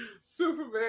Superman